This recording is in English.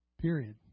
Period